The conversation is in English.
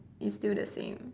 is still the same